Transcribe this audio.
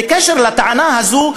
בקשר לטענה הזאת,